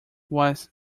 was